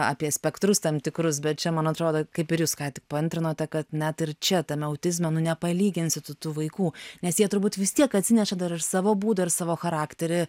apie spektrus tam tikrus bet čia man atrodo kaip ir jūs ką tik paantrinote kad net ir čia tame autizme nepalyginsi tu tų vaikų nes jie turbūt vis tiek atsineša dar ir savo būdo ir savo charakterį